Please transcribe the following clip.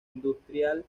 industrial